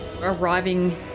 arriving